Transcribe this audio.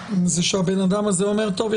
זה שהבן אדם הזה אומר: טוב,